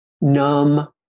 numb